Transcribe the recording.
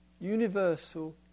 universal